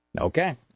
Okay